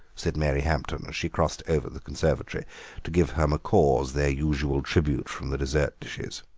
said mary hampton, as she crossed over the conservatory to give her macaws their usual tribute from the dessert dishes.